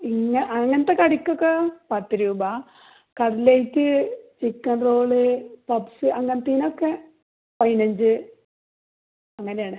ഇല്ല അങ്ങനത്തെ കടിക്കൊക്കെ പത്ത് രൂപ കട്ലറ്റ് ചിക്കൻ റോൾ പഫ്സ് അങ്ങനത്തേതിനൊക്കെ പതിനഞ്ച് അങ്ങനെയാണ്